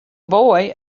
boy